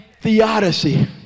theodicy